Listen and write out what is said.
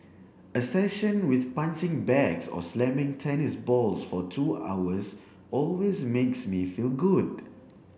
a session with punching bags or slamming tennis balls for two hours always makes me feel good